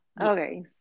Okay